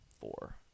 four